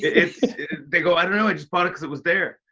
it's they go, i don't know. i just bought it cause it was there.